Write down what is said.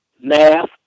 math